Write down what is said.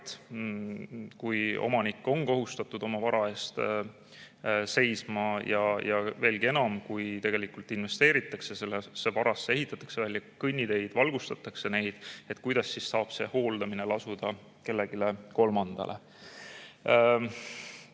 Kui omanik on kohustatud oma vara eest seisma ja veelgi enam, kui tegelikult investeeritakse sellesse varasse, ehitatakse välja kõnniteid, valgustatakse neid, kuidas siis saab see hooldamine lasuda kellelgi kolmandal?